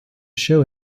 show